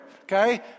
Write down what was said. okay